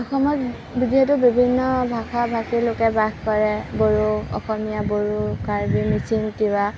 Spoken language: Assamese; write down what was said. অসমত যিহেতু বিভিন্ন ভাষা ভাষীৰ লোকে বাস কৰে বড়ো অসমীয়া বড়ো কাৰ্বি মিচিং তিৱা